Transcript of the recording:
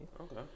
Okay